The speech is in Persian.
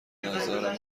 نظر